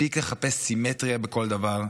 מספיק לחפש סימטריה בכל דבר.